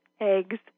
eggs